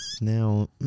now